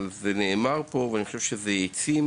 אבל זה נאמר פה ואני חושב שזה העצים